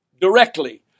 directly